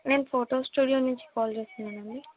మేము photo studio నుంచి call చేస్తున్నాం అండి